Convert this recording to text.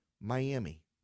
Miami